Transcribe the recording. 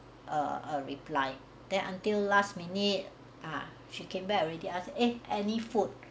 err a reply there until last minute ah she came back already ask eh any food